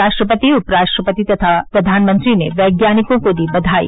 राष्ट्रपति उपराष्ट्रपति तथा प्रधानमंत्री ने वैज्ञानिकों को दी बधाई